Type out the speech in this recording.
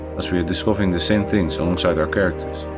as we are discovering the same things alongside our characters.